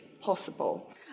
possible